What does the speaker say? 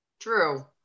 True